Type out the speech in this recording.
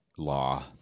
Law